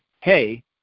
hey